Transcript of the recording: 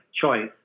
choice